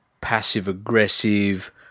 passive-aggressive